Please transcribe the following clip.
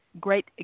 great